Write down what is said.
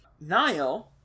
Niall